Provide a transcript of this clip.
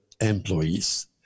employees